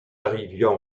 arrivions